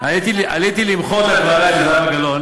אם את רוצה לדבר,